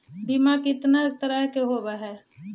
बीमा कितना तरह के होव हइ?